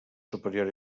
superior